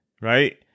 right